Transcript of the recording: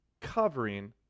covering